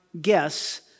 guess